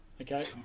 Okay